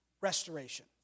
restoration